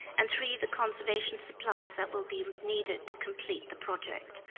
and three, the conservation supplies that will be needed to complete the project.